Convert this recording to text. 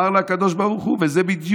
אמר לו הקדוש ברוך הוא, וזה בדיוק